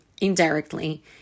indirectly